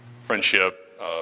friendship